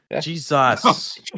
Jesus